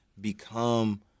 become